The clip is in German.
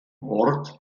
ort